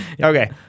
Okay